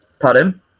Pardon